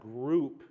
group